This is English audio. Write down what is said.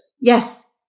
Yes